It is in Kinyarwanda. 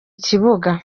kibuga